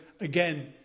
again